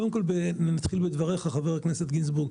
קודם כול, נתחיל בדבריך, חבר הכנסת גינזבורג.